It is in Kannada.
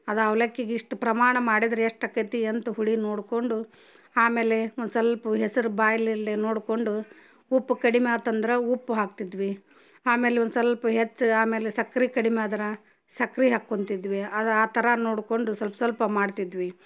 ಅದು ಅವ್ಲಕ್ಕಿಗೆ ಇಷ್ಟು ಪ್ರಮಾಣ ಮಾಡಿದರೆ ಎಷ್ಟು ಅಕೈತಿ ಎಂತ ಹುಳಿ ನೋಡಿಕೊಂಡು ಆಮೇಲೆ ಒಂದು ಸಲ್ಪ ಹೆಸ್ರು ಬಾಯ್ಲೆಲ್ಲೆ ನೋಡಿಕೊಂಡು ಉಪ್ಪು ಕಡಿಮೆ ಆತಂದ್ರೆ ಉಪ್ಪು ಹಾಕ್ತಿದ್ವಿ ಆಮೇಲೆ ಒಂದು ಸ್ವಲ್ಪ ಹೆಚ್ಚು ಆಮೇಲೆ ಸಕ್ರೆ ಕಡಿಮೆ ಆದ್ರೆ ಸಕ್ರೆ ಹಾಕೊತಿದ್ವಿ ಅದು ಆ ಥರ ನೋಡಿಕೊಂಡು ಸಲ್ಪ ಸಲ್ಪ ಮಾಡ್ತಿದ್ವಿ